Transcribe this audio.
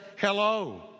hello